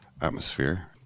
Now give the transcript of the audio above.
atmosphere